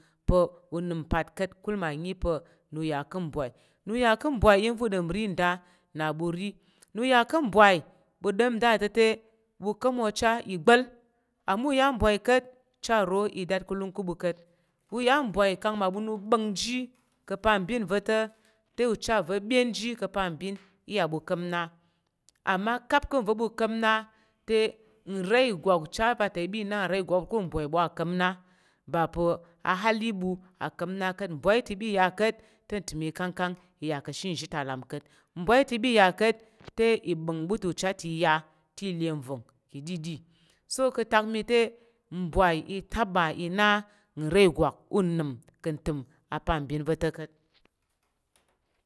Pa̱ unəm mpat ka̱t ka̱kul ma nyi pa̱ nya ka̱ mbwai nya ka̱ mbwai iyi nva̱ uɗom va̱ nda nna ɓu ri nya ka̱ mbwai ɓu dan nda te te bu kan oche i bal ama uya bwai kat uche ro idat kolung kabukat uya nbwai kang nmabu nubongji ka̱ apambin va̱ to te uche a va̱ byen ji ka̱ pa̱ mbin iya ɓu ka̱ na ama ka̱ ka̱ va̱ ukan na te nra ìgwak ucha va̱ ta i ɓa nra ìgwak ka̱ mbwai bwa ka̱ mma ɓa pa̱ a hali ɓu a ka̱m na ka̱t mbwai ta i ɓa ya ka̱t te ntəm ikangkang i ya ka̱ ashi nzhi ta lam ka̱t mbwai ta i ɓa ya ka̱t te ibá̱ng ɓu ta ucha ta iya te le vong ka̱ ɗiɗi so ka̱ ta mi te mbwai i taba inan nra igwak unəm ka̱ ntəm apambin va̱ ta̱ ka̱t.